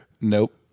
Nope